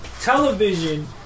television